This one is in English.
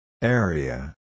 Area